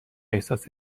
احساس